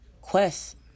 quest